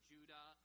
Judah